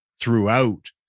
throughout